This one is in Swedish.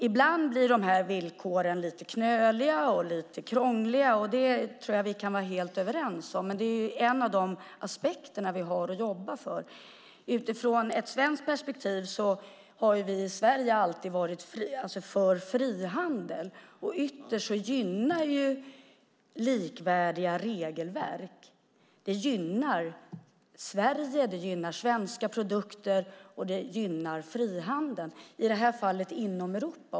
Ibland blir villkoren lite knöliga och krångliga. Det tror jag att vi kan vara helt överens om. Men det är en av de aspekter vi har att jobba för. Vi i Sverige har alltid varit för frihandel. Ytterst gynnar likvärdiga regelverk Sverige, svenska produkter och frihandeln, i det här fallet inom Europa.